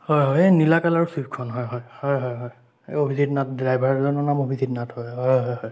হয় হয় এই নীলা কালাৰৰ চুইফটখন হয় হয় হয় হয় এই অভিজিৎ নাথ ড্ৰাইভাৰজনৰ নাম অভিজিৎ নাথ হয় হয় হয় হয়